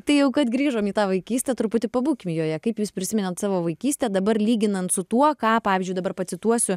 tai jau kad grįžom į tą vaikystę truputį pabūkim joje kaip jūs prisimenat savo vaikystę dabar lyginant su tuo ką pavyzdžiui dabar pacituosiu